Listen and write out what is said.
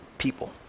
people